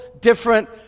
different